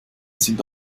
sind